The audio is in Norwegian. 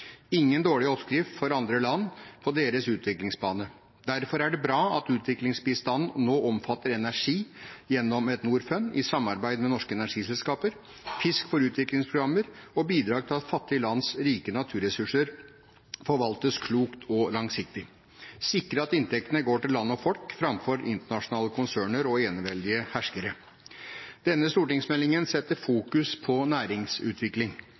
ingen dårlig oppskrift for andre land på deres utviklingsbane. Derfor er det bra at utviklingsbistanden nå omfatter energi gjennom et Norfund i samarbeid med norske energiselskaper, fisk for utviklingsprogrammer og bidrag til at fattige lands rike naturressurser forvaltes klokt og langsiktig, og som sikrer at inntektene går til land og folk framfor internasjonale konserner og eneveldige herskere. Denne stortingsmeldingen setter fokus på næringsutvikling,